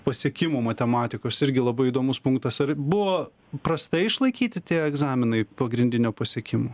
pasiekimų matematikos irgi labai įdomus punktas ar buvo prastai išlaikyti tie egzaminai pagrindinio pasiekimų